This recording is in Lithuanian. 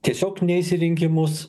tiesiog neis į rinkimus